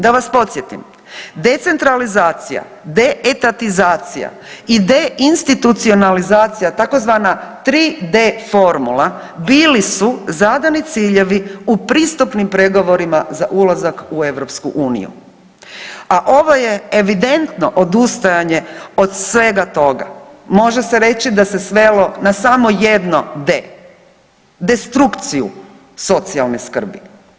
Da vas podsjetim, decentralizacija, deetatizacija i deintitucionalizacija tzv. 3D formula bili su zadani ciljevi u pristupnim pregovorima za ulazak u EU, a ovo je evidentno odustajanje od svega toga, može se reći da se svelo na samo jedno D, destrukciju socijalne skrbi.